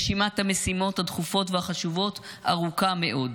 רשימת המשימות הדחופות והחשובות ארוכה מאוד,